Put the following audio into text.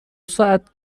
ساعت